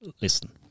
Listen